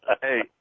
Hey